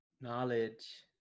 Knowledge